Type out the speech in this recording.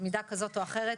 גרעוניים במידה כזאת או אחרת.